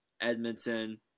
Edmonton